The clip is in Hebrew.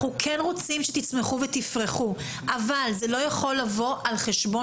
אנחנו כן רוצים שתצמחו ותפרחו אבל זה לא יכול לבוא על חשבון